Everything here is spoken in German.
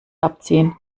abziehen